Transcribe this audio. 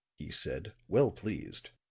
he said, well pleased.